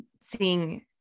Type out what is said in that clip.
seeing